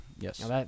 Yes